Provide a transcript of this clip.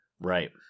Right